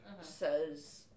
Says